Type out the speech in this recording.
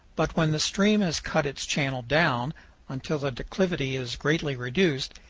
but when the stream has cut its channel down until the declivity is greatly reduced,